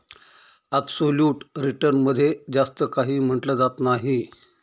absolute return मध्ये जास्त काही म्हटलं जात नाही